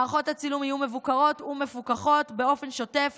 מערכות הצילום יהיו מבוקרות ומפוקחות באופן שוטף.